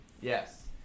yes